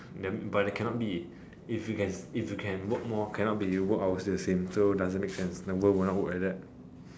the but then cannot be if you can if you can work more cannot be you work obviously the same so doesn't make sense the world would not work like that